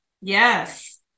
Yes